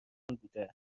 بوده